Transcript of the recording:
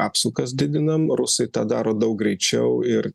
apsukas didinam rusai tą daro daug greičiau ir